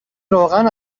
روغن